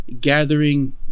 gathering